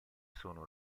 sono